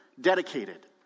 dedicated